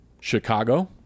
Chicago